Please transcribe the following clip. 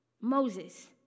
Moses